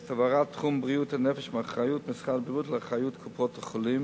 את העברת תחום בריאות הנפש מאחריות משרד הבריאות לאחריות קופות-החולים,